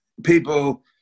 People